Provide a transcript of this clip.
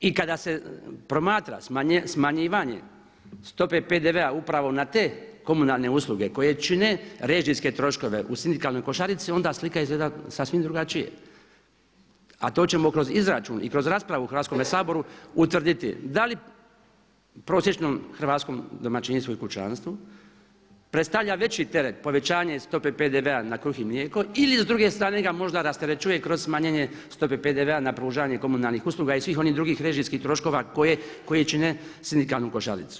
I kada se promatra smanjivanje stope PDV-a upravo na te komunalne usluge koje čine režijske troškove u sindikalnoj košarici onda slika izgleda sasvim drugačije a to ćemo kroz izračun i kroz raspravu u Hrvatskome saboru utvrditi da li prosječnom hrvatskom domaćinsku i kućanstvu predstavlja veći teret povećanje stope PDV-a na kruh i mlijeko ili s druge strane ga možda rasterećuje kroz smanjenje stope PDV-a na pružanje komunalnih usluga i svih onih drugih režijskih troškova koje čine sindikalnu košaricu.